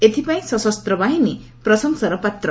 ଏଥିପାଇଁ ସଶସ୍ତ ବାହିନୀ ପ୍ରଶଂସାର ପାତ୍ର